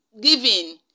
giving